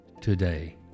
today